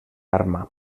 arma